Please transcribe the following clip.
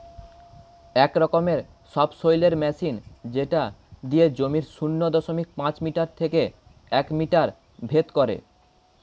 এক রকমের subsoiler machine যেটা দিয়ে জমির শূন্য দশমিক পাঁচ মিটার থেকে এক মিটার ভেদ করে